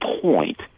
point